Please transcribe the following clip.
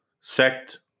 sect